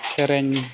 ᱥᱮᱨᱮᱧ